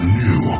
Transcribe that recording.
new